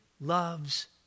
loves